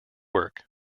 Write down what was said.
work